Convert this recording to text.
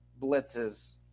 blitzes